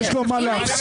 יש לו מה להפסיד.